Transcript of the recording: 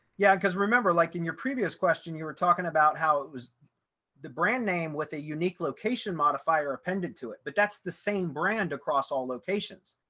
yeah, because remember, like in your previous question, you were talking about how it was the brand name with a unique location modifier appended to it, but that's the same brand across all locations.